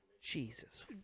Jesus